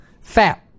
Fat